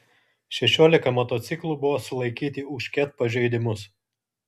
šešiolika motociklų buvo sulaikyti už ket pažeidimus